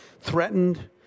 threatened